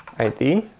id.